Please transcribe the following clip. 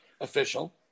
official